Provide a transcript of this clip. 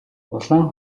улаан